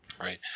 Right